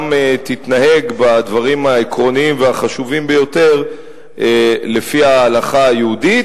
גם תתנהג בדברים העקרוניים והחשובים ביותר לפי ההלכה היהודית,